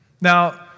Now